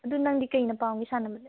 ꯑꯗꯨ ꯅꯪꯗꯤ ꯀꯔꯤꯅ ꯄꯥꯝꯒꯦ ꯁꯥꯟꯅꯕꯁꯦ